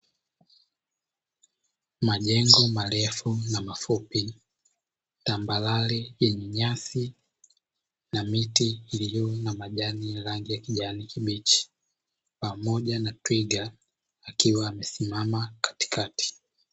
Majengo marefu na mafupi, tambarare yenye nyasi, na miti iliyo na majani ya rangi ya kijani kibichi, pamoja na twiga akiwa amesimama katikati.